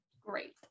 Great